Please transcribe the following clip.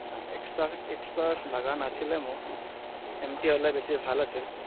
নাই x plus x plus লগা নাছিলে মোক এম টি হ'লে বেছি ভাল আছিল